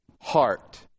heart